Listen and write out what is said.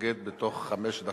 להתנגד בתוך חמש דקות.